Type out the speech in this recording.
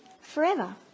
forever